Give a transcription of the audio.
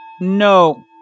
No